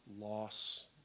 loss